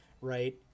right